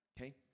Okay